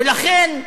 ולכן,